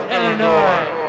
Illinois